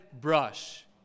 brush